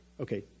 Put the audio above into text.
Okay